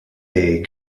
est